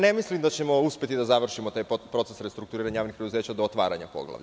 Ne mislim da ćemo uspeti da završimo taj proces restrukturiranja javnih preduzeća do otvaranja poglavlja.